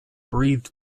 breathe